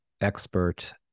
expert